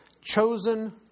chosen